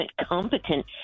competent